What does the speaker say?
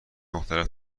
مختلف